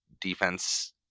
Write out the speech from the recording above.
defense